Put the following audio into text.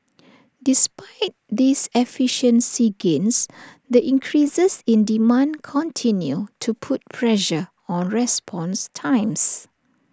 despite these efficiency gains the increases in demand continue to put pressure on response times